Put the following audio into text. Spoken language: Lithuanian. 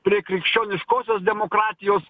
prie krikščioniškosios demokratijos